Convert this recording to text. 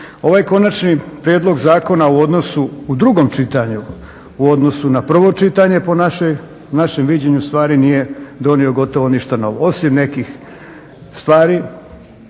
Ovaj konačni prijedlog zakona u odnosu u drugom čitanju u odnosu na prvo čitanje po našem viđenju stvari nije donio gotovo ništa novo osim nekih stvari